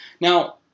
Now